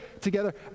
together